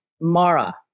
Mara